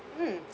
mm